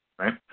Right